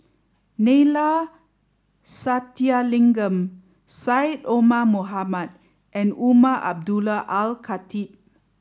Neila Sathyalingam Syed Omar Mohamed and Umar Abdullah Al Khatib